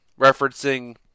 referencing